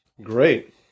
Great